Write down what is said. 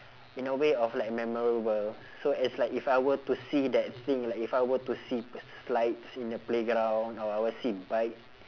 in a way of like memorable so as like if I were to see that thing like if I were to see slides in the playground or I will see bike